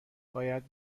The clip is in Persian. باید